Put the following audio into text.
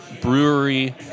brewery